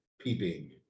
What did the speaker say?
peeping